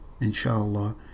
inshallah